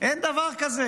אין דבר כזה.